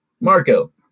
Marco